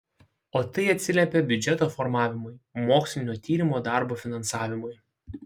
o tai atsiliepia biudžeto formavimui mokslinio tyrimo darbų finansavimui